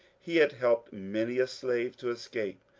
he had helped many a slave to escape,